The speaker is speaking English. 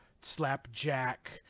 Slapjack